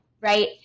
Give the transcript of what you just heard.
right